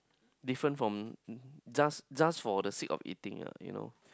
different from just just for the sit for eating ah you know